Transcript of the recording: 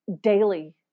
daily